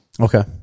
Okay